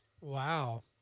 Wow